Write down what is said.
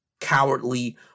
cowardly